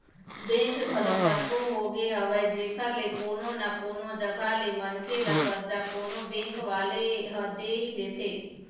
bank घलोक कतको होगे हवय जेखर ले कोनो न कोनो जघा ले मनखे ल करजा कोनो बेंक वाले ह दे ही देथे